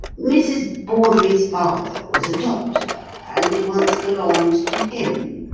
mrs. bawdrey's father was a doctor, and it once belonged to him.